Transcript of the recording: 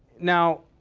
now,